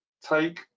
Take